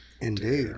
Indeed